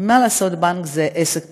מה לעשות, בנק זה עסק פרטי,